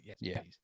yes